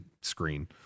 screen